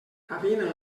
gavina